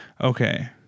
okay